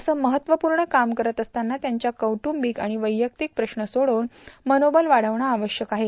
असं महत्वपूर्ण काम करीत असताना त्यांच्या कौट्रंबिक आणि वैयक्तिक प्रश्न सोडवून मनोबल वाढविणं आवश्यक आहे